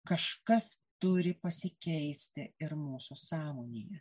kažkas turi pasikeisti ir mūsų sąmonėje